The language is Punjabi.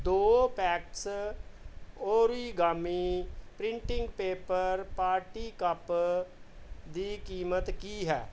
ਦੋ packs origami printing paper party cup ਦੀ ਕੀਮਤ ਕੀ ਹੈ